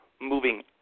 moving